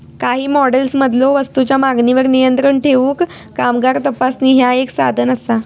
काही मॉडेल्समधलो वस्तूंच्यो मागणीवर नियंत्रण ठेवूक कामगार तपासणी ह्या एक साधन असा